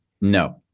No